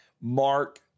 Mark